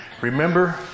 remember